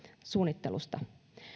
suunnittelusta